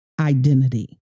identity